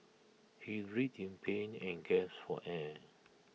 he writhed pain and gasped for air